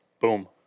Boom